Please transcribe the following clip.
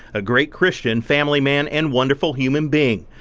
a great christian, family man, and wonderful human being.